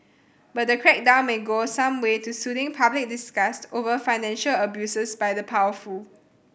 but the crackdown may go some way to soothing public disgust over financial abuses by the powerful